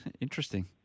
Interesting